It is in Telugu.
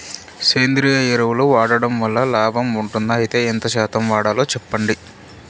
సేంద్రియ ఎరువులు వాడడం వల్ల లాభం ఉంటుందా? అయితే ఎంత శాతం వాడాలో చెప్పండి?